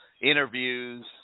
interviews